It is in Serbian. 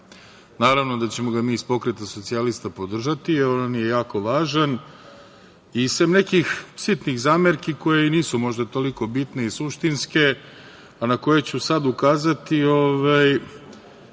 Naravno da ćemo ga mi iz Pokreta socijalista podržati, jer je on jako važan i sem nekih sitnih zamerki koje nisu možda toliko bitne i suštinske, a na koje ću sada ukazati,